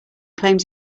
claims